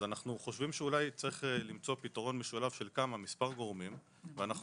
אנחנו חושבים שאולי צריך למצוא פתרון משולב של מספר גורמים ואנחנו